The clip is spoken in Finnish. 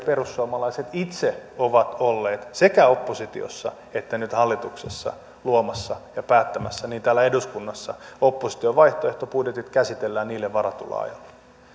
perussuomalaiset itse ovat olleet sekä oppositiossa että nyt hallituksessa luomassa ja päättämässä täällä eduskunnassa opposition vaihtoehtobudjetit käsitellään niille varatulla ajalla